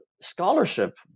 scholarship